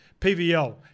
PVL